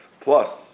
Plus